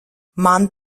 man